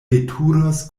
veturos